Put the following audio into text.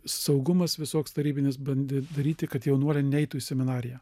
saugumas visoks tarybinis bandė daryti kad jaunuoliai neeitų į seminariją